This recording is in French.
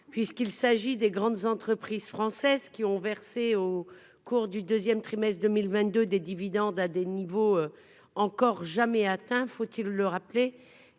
puisqu'il s'agit des grandes entreprises françaises qui ont versé au cours du 2ème trimestre 2022 des dividendes à des niveaux encore jamais atteint, faut-il le rappeler,